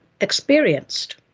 experienced